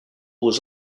was